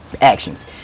Actions